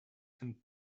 and